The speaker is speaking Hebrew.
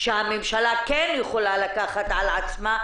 שהממשלה כן יכולה לקחת על עצמה,